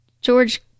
George